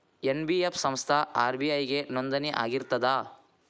NBF ಸಂಸ್ಥಾ RBI ಗೆ ನೋಂದಣಿ ಆಗಿರ್ತದಾ?